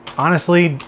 honestly,